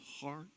heart